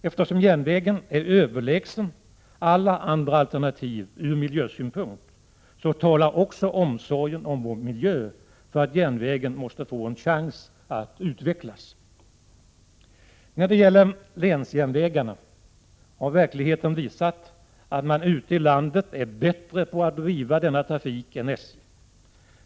Eftersom järnvägen är överlägsen alla andra alternativ ur miljösynpunkt, så talar också omsorgen om vår miljö för att järnvägen måste få en chans att utvecklas. När det gäller länsjärnvägarna har verkligheten visat att man ute i landet är bättre på att driva denna trafik än SJ.